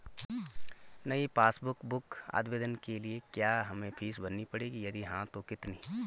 नयी passbook book आवेदन के लिए क्या हमें फीस भरनी पड़ेगी यदि हाँ तो कितनी?